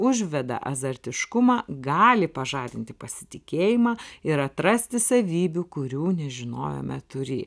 užveda azartiškumą gali pažadinti pasitikėjimą ir atrasti savybių kurių nežinojome turį